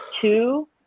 two